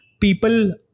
people